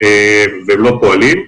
והם לא פועלים.